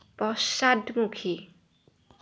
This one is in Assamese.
পশ্চাদমুখী